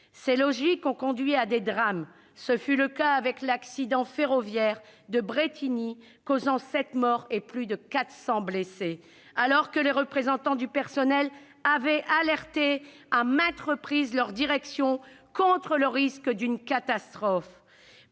Ces logiques ont conduit à des drames. Ce fut le cas avec l'accident ferroviaire de Brétigny, causant 7 morts et plus de 400 blessés, alors que les représentants du personnel avaient alerté à maintes reprises leur direction sur le risque d'une catastrophe.